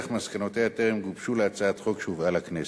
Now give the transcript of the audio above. אך מסקנותיה טרם גובשו להצעת חוק שהובאה לכנסת.